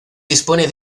dispone